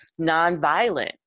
nonviolent